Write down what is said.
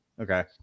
Okay